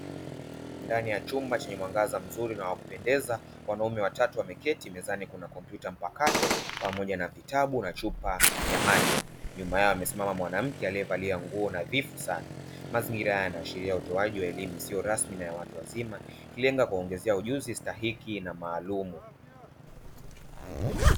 Ndani ya chumba chenye mwangaza mzuri na wakupendeza, wanaume watatu wameketi mezani kuna kompyuta mpakato, pamoja na vitabu na chupa ya maji, nyuma yao amesimama mwanamke aliyevalia nguo nadhifu sana, mazingira haya yanaashiria utoaji wa elimu isiyo rasmi na ya watu wazima, ikilenga kuwaongezea ujuzi stahiki na maalumu.